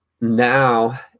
now